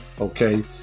Okay